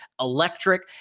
electric